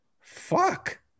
Fuck